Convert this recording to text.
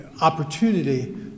opportunity